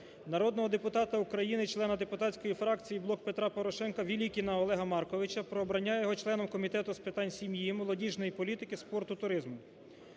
Народного депутата України, члена депутатської фракції "Блок Петра Порошенка" Велікіна Олега Марковича про обрання його членом Комітету з питань сім'ї, молодіжної політики, спорту, туризму.